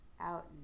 out